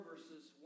Verses